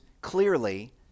clearly